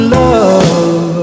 love